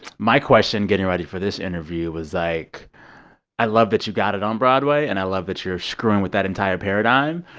my question getting ready for this interview was, like i love that you got it on broadway, and i love that you're screwing with that entire paradigm.